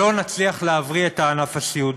לא נצליח להבריא את הענף הסיעודי.